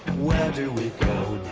where do we go?